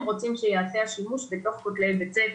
רוצים שייעשה השימוש בתוך כותלי בית הספר.